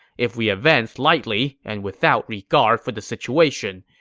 if we advance lightly and without regard for the situation,